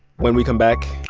when we come back,